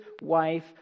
wife